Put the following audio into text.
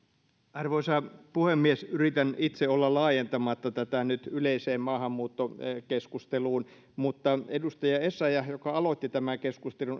arvoisa puhemies yritän itse olla laajentamatta tätä nyt yleiseen maahanmuuttokeskusteluun mutta edustaja essayah joka aloitti tämän